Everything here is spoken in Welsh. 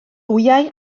wyau